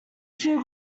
two